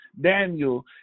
daniel